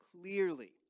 clearly